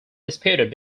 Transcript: disputed